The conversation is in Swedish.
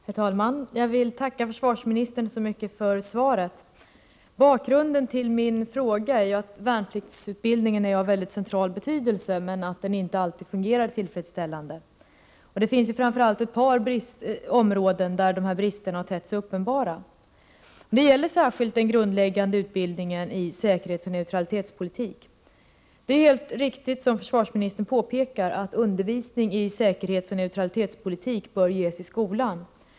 Herr talman! Jag vill tacka försvarsministern så mycket för svaret. Bakgrunden till min interpellation är att värnpliktsutbildningen är av mycket central betydelse men att den inte alltid fungerar helt tillfredsställande. Det finns framför allt ett par områden där bristerna har tett sig uppenbara. Det gäller särskilt den grundläggande utbildningen i säkerhetsoch neutralitetspolitik. Det är helt riktigt, som försvarsministern påpekar, att undervisning i säkerhetsoch neutralitetpolitik bör ges i skolan.